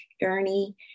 journey